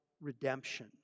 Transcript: redemption